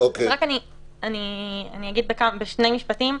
אני אגיד בשני משפטים.